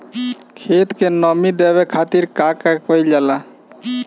खेत के नामी देवे खातिर का कइल जाला?